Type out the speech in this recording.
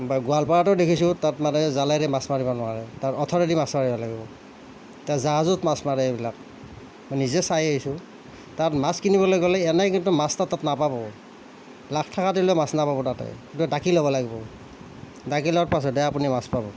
বা গোৱালপাৰাতো দেখিছোঁ তাত মানে জালেৰে মাছ মাৰিব নোৱাৰে তাত অথৰেদি মাছ মাৰিব লাগিব তাত জাহাজত মাছ মাৰে এইবিলাক মই নিজে চাই আহিছোঁ তাত মাছ কিনিবলৈ গ'লে এনেই কিন্তু মাছ তাত নাপাব লাখ টাকা দিলেও মাছ নাপাব তাতে ডাকি ল'ব লাগিব ডাকি লোৱাৰ পাছতহে আপুনি মাছ পাব